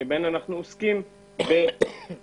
שבהן אנחנו עוסקים בעבודה